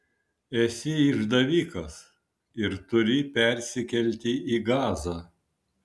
esi išdavikas ir turi persikelti į gazą